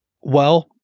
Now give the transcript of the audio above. Well-